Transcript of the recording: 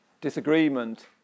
disagreement